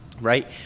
right